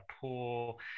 pool